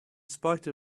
spite